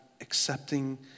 accepting